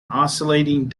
oscillating